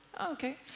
Okay